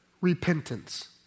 repentance